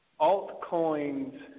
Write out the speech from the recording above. Altcoins